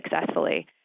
successfully